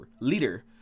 Leader